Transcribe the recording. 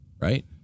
right